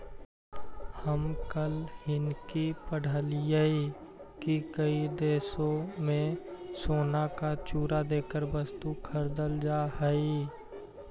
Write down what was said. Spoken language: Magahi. हम कल हिन्कि पढ़लियई की कई देशों में सोने का चूरा देकर वस्तुएं खरीदल जा हई